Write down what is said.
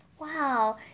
Wow